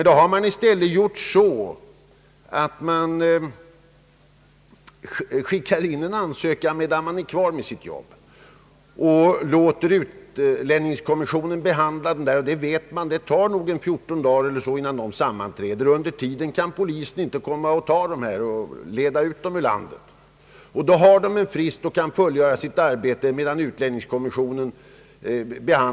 Då har man i stället gjort så att man skickar in en ansökan redan medan vederbörande är kvar här i landet i sitt jobb och låter utlänningskommissionen behandla den. Man vet att det tar ungefär fjorton dagar innan utlänningskommissionen sammanträder, och under tiden kan polisen inte förpassa vederbörande ut ur landet. På det sättet får man en frist så att arbetet kan fullföljas.